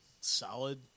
solid